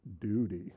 duty